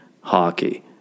hockey